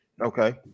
Okay